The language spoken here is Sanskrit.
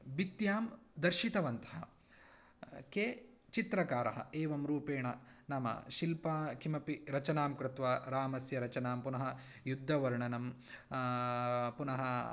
भित्त्यां दर्शितवन्तः के चित्रकारः एवं रूपेण नाम शिल्पां कामपि रचनां कृत्वा रामस्य रचनां पुनः युद्धवर्णनं पुनः